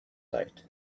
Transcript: site